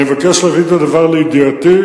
אני מבקש להביא את הדבר לידיעתי.